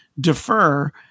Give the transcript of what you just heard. defer